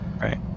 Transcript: Right